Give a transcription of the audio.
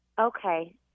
Okay